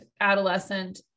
adolescent